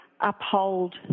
uphold